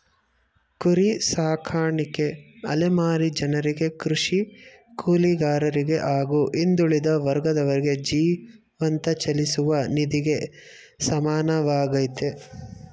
ಕುರಿ ಸಾಕಾಣಿಕೆ ಅಲೆಮಾರಿ ಜನರಿಗೆ ಕೃಷಿ ಕೂಲಿಗಾರರಿಗೆ ಹಾಗೂ ಹಿಂದುಳಿದ ವರ್ಗದವರಿಗೆ ಜೀವಂತ ಚಲಿಸುವ ನಿಧಿಗೆ ಸಮಾನವಾಗಯ್ತೆ